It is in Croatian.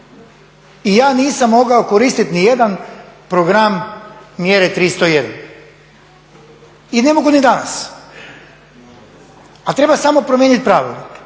i ja nisam mogao koristit nijedan program mjere 301 i ne mogu ni danas. A treba samo promijenit pravilnik,